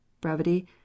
brevity